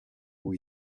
who